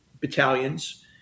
battalions